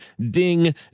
DING